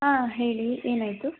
ಹಾಂ ಹೇಳಿ ಏನಾಯಿತು